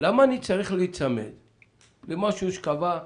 אני מבין שיש את הקרן,